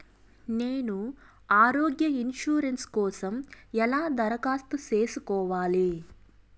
నేను ఆరోగ్య ఇన్సూరెన్సు కోసం ఎలా దరఖాస్తు సేసుకోవాలి